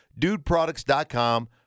dudeproducts.com